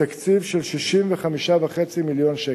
בתקציב של 65.5 מיליון שקל.